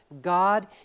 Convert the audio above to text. God